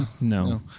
No